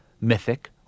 mythic